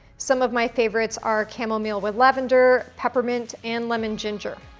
some of my favorites are chamomile with lavender, peppermint, and lemon-ginger.